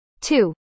Two